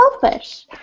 selfish